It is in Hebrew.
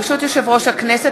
ברשות יושב-ראש הכנסת,